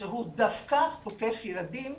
שהוא דווקא תוקף ילדים.